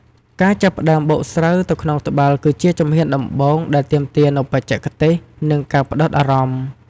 ការចាប់ផ្តើមបុកស្រូវនៅក្នុងត្បាល់គឺជាជំហានដំបូងដែលទាមទារនូវបច្ចេកទេស និងការផ្តោតអារម្មណ៍។